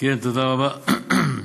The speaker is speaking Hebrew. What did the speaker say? תודה רבה.